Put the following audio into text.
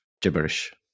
gibberish